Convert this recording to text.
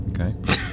Okay